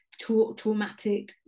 traumatic